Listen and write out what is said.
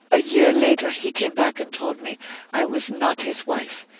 a year later he came back and told me i was not his wife,